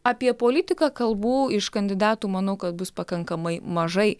apie politiką kalbų iš kandidatų manau kad bus pakankamai mažai